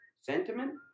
sentiment